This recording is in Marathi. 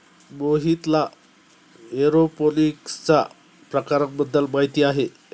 मोहितला एरोपोनिक्सच्या प्रकारांबद्दल माहिती आहे